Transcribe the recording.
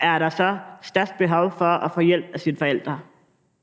er der så størst behov for at få hjælp af sin forælder?